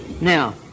Now